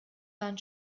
waren